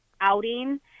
outing